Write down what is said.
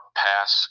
pass